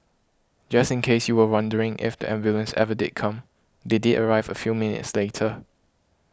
just in case you were wondering if the ambulance ever did come they did arrive a few minutes later